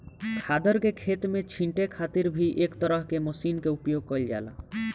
खादर के खेत में छींटे खातिर भी एक तरह के मशीन के उपयोग कईल जाला